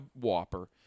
Whopper